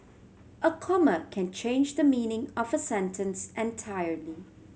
a comma can change the meaning of a sentence entirely